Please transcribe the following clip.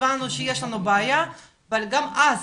הבנו שיש לנו בעיה, אבל גם אז